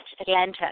Atlanta